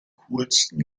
coolsten